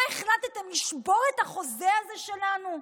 מה, החלטתם לשבור את החוזה הזה שלנו?